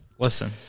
Listen